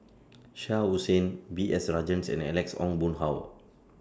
Shah Hussain B S Rajhans and Alex Ong Boon Hau